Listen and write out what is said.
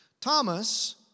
Thomas